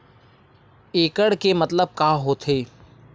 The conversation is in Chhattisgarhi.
एकड़ के मतलब का होथे?